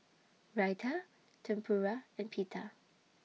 Raita Tempura and Pita